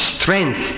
strength